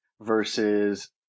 versus